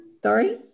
Sorry